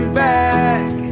back